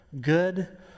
good